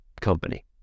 company